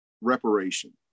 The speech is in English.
reparation